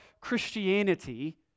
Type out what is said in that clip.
Christianity